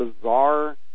bizarre